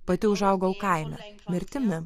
pati užaugau kaime mirtimi